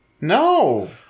No